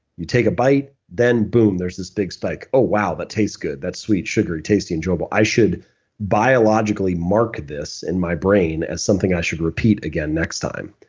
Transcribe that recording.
you take a bite, then boom. there's this big spike, oh, wow. that takes good. that's sweet, sugary, tasty, enjoyable i should biologically market this in my brain as something i should repeat again next time.